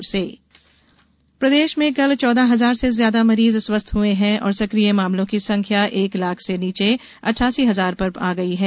corona प्रदेश में कल चौदह हजार से ज्यादा मरीज स्वस्थ हुए हैं और सकिय मामलों की संख्या एक लाख से नीचे अठासी हजार पर आ गई है